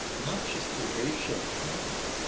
not just the racial crime,